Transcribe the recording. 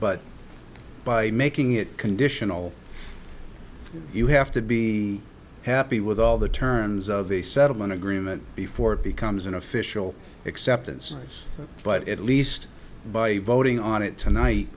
but by making it conditional you have to be happy with all the terms of a settlement agreement before it becomes an official acceptance yes but at least by voting on it tonight